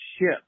ship